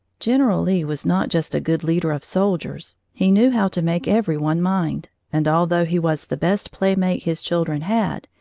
general lee was not just a good leader of soldiers he knew how to make everyone mind, and although he was the best playmate his children had,